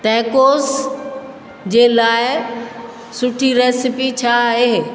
tacos जे लाइ सुठी रेसिपी छा आहे